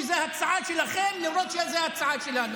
שזו הצעה שלכם למרות שזו הצעה שלנו,